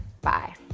Bye